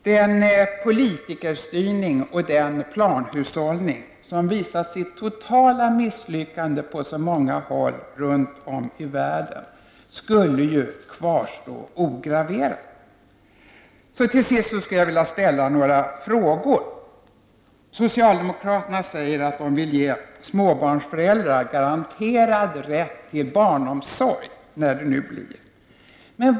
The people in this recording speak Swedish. Den politikerstyrning och planhushållning som visat sitt totala misslyckande på så många håll runt om i världen skulle ju kvarstå ograverad. Till sist skulle jag vilja ställa några frågor. Socialdemokraterna säger att de vill ge småbarnsföräldrar garanterad rätt till barnomsorg, när det nu blir.